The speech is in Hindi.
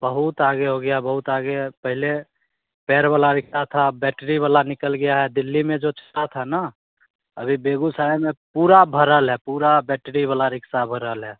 बहुत आगे हो गया बहुत आगे पहले पैर वाला रिक्शा था अब बैटरी वाला निकल गया है दिल्ली में जो चला था न अभी बेगूसराय में पूरा भरल है पूरा बैटरी वाला रिक्शा भरल है